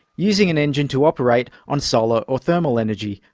using an engine to operate on solar or thermal energy,